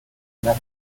metric